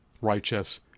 righteous